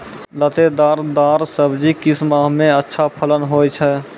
लतेदार दार सब्जी किस माह मे अच्छा फलन होय छै?